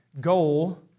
goal